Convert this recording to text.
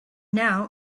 now